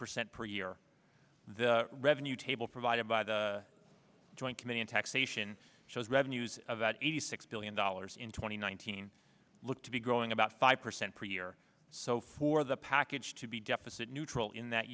percent per year the revenue table provided by the joint committee on taxation shows revenues about eighty six billion dollars in twenty nineteen look to be growing about five percent per year so for the package to be deficit neutral in that